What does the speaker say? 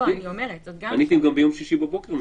אני הייתי מביא את המליאה גם ביום שישי בבוקר.